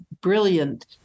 brilliant